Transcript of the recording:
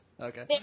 Okay